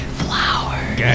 flowers